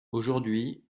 aujourd’hui